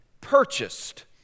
purchased